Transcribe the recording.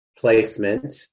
placement